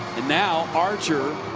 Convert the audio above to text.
and now archer